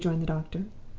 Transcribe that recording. rejoined the doctor.